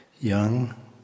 young